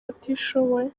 abatishoboye